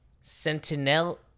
Sentinel